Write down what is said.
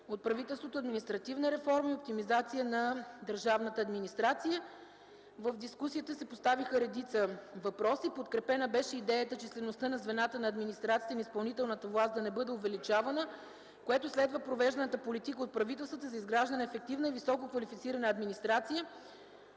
от правителството административна реформа и оптимизация на държавната администрация. В дискусията се поставиха редица въпроси. Подкрепена беше идеята числеността на звената на администрацията на изпълнителната власт да не бъде увеличавана, което следва провежданата политика от правителството за изграждането на ефективна и висококвалифицирана администрация.